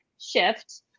shift